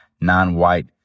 non-white